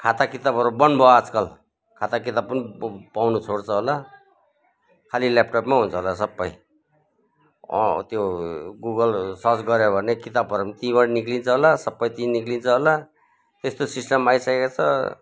खाता किताबहरू बन्द भयो आजकल खाता किताब पनि बो पाउनु छोड्छ होला खालि ल्यापटपमा हुन्छ होला सबै अँ त्यो गुगलहरू सर्च गऱ्यो भने किताबाहरू पनि त्यहीँबाट निक्लिन्छ होला सबै ति निक्लिन्छ होला त्यस्तो सिस्टम आइसकेको छ